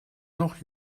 noch